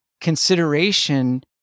consideration